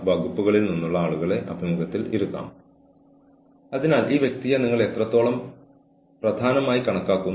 ഇക്കാലത്ത് ആളുകൾ ഓടുമ്പോൾ ആളുകൾ ഈ വേഗതയേറിയ ജീവിതത്തിനൊപ്പം ആയിരിക്കുമ്പോൾ ചെറുപ്പക്കാർക്ക് സമപ്രായക്കാരുമായി ഇടപഴകാൻ സമയമില്ല